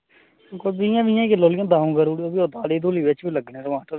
कोई बीहें बीहें किल्लो आह्ली द'ऊं करी ओड़ो हां दाली दूली बिच्च बी लग्गने टमाटर